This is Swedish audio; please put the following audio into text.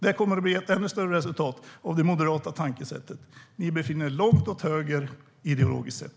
Det kommer att bli ett ännu större resultat av det moderata tankesättet. Ni befinner er långt åt höger ideologiskt sett.